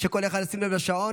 שכל אחד ישים לב לשעון,